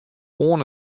oan